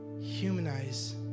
humanize